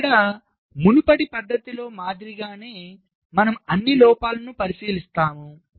ఇక్కడ మునుపటి పద్ధతిలో మాదిరిగానే మనము అన్ని లోపాలను పరిశీలిస్తాము